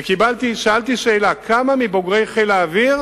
שאלתי: כמה מבוגרי חיל האוויר